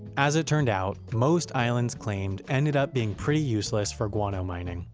as it turned out, most islands claimed ended up being pretty useless for guano mining.